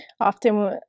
often